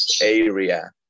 area